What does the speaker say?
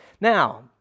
Now